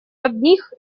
одних